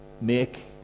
make